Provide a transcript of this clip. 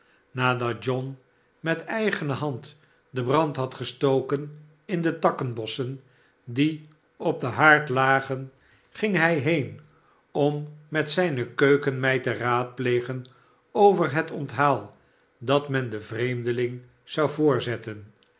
nadat john met eigene hand den brand had gestoken in de rakkebossen die op den haard lagen ging hij heen om met zijne keukenmeid te raadplegen over het onthaal dat men den vreemdeling zou voorzetten